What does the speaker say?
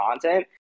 content